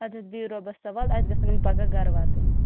اَدٕ حظ بِہِو رۄبَس حوال اَسہِ گژھَن یِم پَگاہ گَرٕ واتٕنۍ